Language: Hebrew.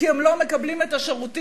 כי הם לא מקבלים את השירותים